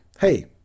hey